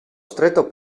stretto